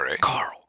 Carl